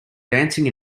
dancing